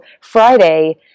Friday